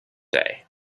day